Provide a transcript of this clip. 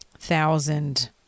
thousand